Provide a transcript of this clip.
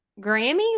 Grammys